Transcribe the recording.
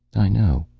i know.